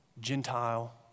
Gentile